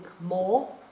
more